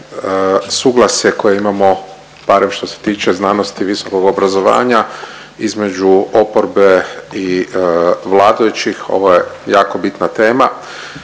suglasje koje imamo barem što se tiče znanosti, visokog obrazovanja između oporbe i vladajućih, ovo je jako bitna tema